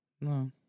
No